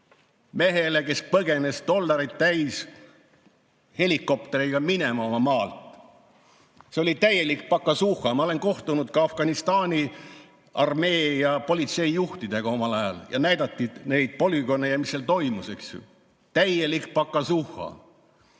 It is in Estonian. mehele, kes põgenes dollareid täis helikopteriga minema oma maalt. See oli täielik pakasuhha. Ma olen kohtunud ka Afganistani armee ja politsei juhtidega omal ajal ja näinud neid polügoone ja mis seal toimus. Täielik pakasuhha!